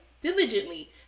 diligently